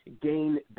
gain